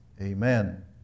Amen